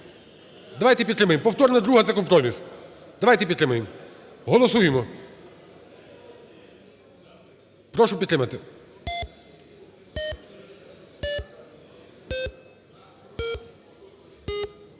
Давайте підтримаємо! Повторне друге – це компроміс. Давайте підтримаємо, голосуємо. Прошу підтримати.